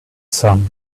sun